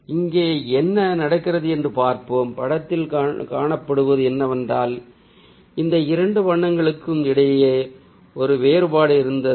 இங்கே என்ன நடக்கிறது என்று பார்ப்போம் படத்தில் காணப்படுவது என்னவென்றால் இந்த இரண்டு வண்ணங்களுக்கும் இடையே ஒரு வேறுபாடு இருந்தது